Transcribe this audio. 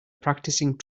practicing